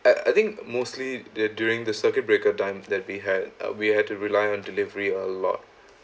I I think mostly the during the circuit breaker time that we had uh we had to rely on delivery a lot